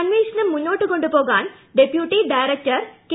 അന്വേഷണം മുന്നോട്ട് കൊണ്ടുപോകാൻ ഡെപ്യൂട്ടി ഡയറക്ടർ കെ